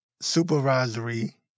supervisory